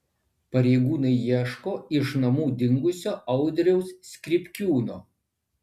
pareigūnai ieško iš namų dingusio audriaus skripkiūno